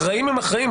אחראים הם אחראים.